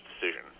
decision